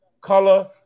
Color